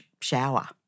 shower